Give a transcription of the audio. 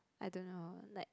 I don't know like